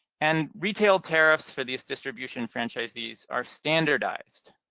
and retail tariffs for these distribution franchisees are standardized.